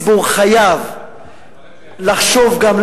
איש ציבור חייב לחשוב גם,